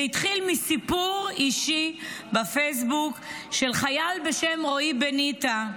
זה התחיל מסיפור אישי בפייסבוק של חייל בשם רועי בניטה.